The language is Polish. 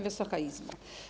Wysoka Izbo!